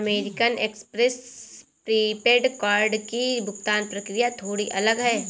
American Express prepaid card की भुगतान प्रक्रिया थोड़ी अलग है